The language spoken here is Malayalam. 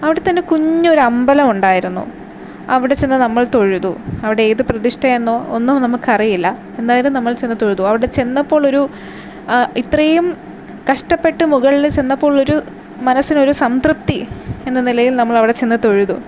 അവിടെ തന്നെ കുഞ്ഞു ഒരു അമ്പലം ഉണ്ടായിരുന്നു അവിടെ ചെന്ന് നമ്മൾ തൊഴുതു അവിടെ ഏത് പ്രതിഷ്ഠ എന്നോ ഒന്നും നമുക്കറിയില്ല എന്തായാലും നമ്മൾ ചെന്ന് തൊഴുതു അവിടെ ചെന്നപ്പോൾ ഒരു ഇത്രയും കഷ്ടപ്പെട്ട് മുകളിൽ ചെന്നപ്പോഴുള്ള ഒരു മനസ്സിന് ഒരു സംതൃപ്തി എന്ന നിലയിൽ നമ്മൾ അവിടെ ചെന്ന് തൊഴുതു